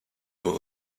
will